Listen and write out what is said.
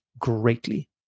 greatly